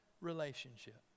relationship